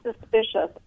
suspicious